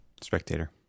Spectator